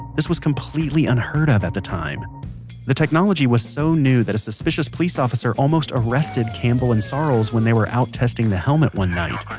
this was completely unheard of at the time the technology was so new that a suspicious police officer almost arrested campbell and sarles when they were out testing the helmet one night.